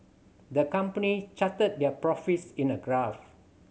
the company charted their profits in a graph